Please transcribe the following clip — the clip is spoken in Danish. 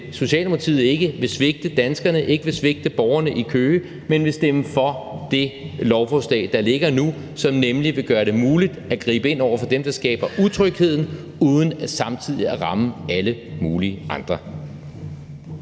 Socialdemokratiet ikke vil svigte danskerne og ikke vil svigte borgerne i Køge, men vil stemme for det lovforslag, der ligger nu, som nemlig vil gøre det muligt at gribe ind over for dem, der skaber utrygheden, uden samtidig at ramme alle mulige andre.